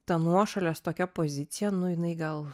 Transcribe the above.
ta nuošalės tokia pozicija nu jinai gal